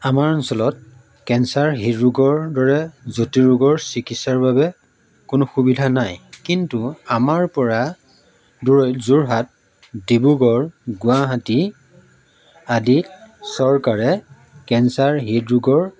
আমাৰ অঞ্চলত কেঞ্চাৰ হৃদৰোগৰ দৰে জটিল ৰোগৰ চিকিৎসাৰ বাবে কোনো সুবিধা নাই কিন্তু আমাৰ পৰা দূৰৈত যোৰহাট ডিব্ৰুগড় গুৱাহাটী আদিত চৰকাৰে কেঞ্চাৰ হৃদৰোগৰ